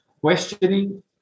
questioning